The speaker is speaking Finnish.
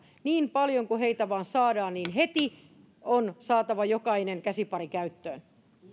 niin paljon kuin heitä vaan saadaan heti jokainen käsipari käyttöön